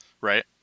right